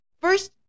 first